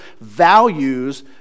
values